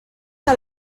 que